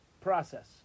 process